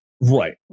Right